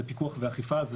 זה פיקוח ואכיפה,